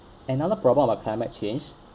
another problem about climate change